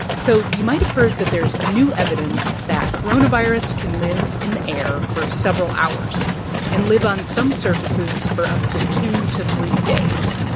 so you might have heard that there's new evidence that coronavirus can live in the air for several hours and live on some surfaces for up to two to three days.